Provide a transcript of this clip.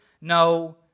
no